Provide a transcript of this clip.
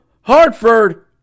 Hartford